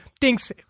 thinks